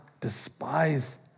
despise